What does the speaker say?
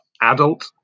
adult